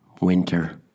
winter